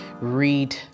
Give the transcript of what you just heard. read